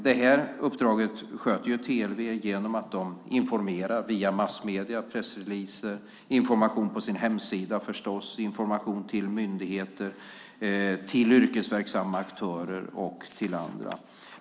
Detta uppdrag sköter TLV genom att man informerar via massmedierna, via pressreleaser, på sin hemsida, till myndigheter, till yrkesverksamma aktörer och till andra.